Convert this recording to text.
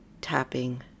tapping